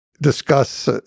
discuss